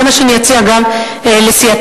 זה גם מה שאני אציע, אגב, לסיעתי.